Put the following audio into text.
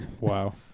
Wow